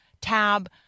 tab